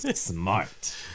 smart